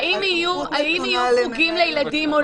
האם יהיו חוגים לילדים או לא?